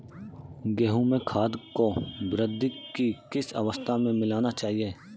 गेहूँ में खाद को वृद्धि की किस अवस्था में मिलाना चाहिए?